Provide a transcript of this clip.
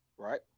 Right